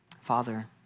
Father